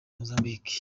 mozambique